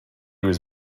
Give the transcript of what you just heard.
was